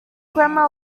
grandma